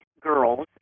Girls